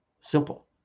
Simple